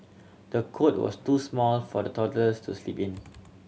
the cot was too small for the toddlers to sleep in